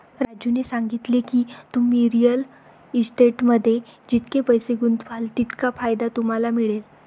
राजूने सांगितले की, तुम्ही रिअल इस्टेटमध्ये जितके पैसे गुंतवाल तितका फायदा तुम्हाला मिळेल